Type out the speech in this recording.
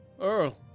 Earl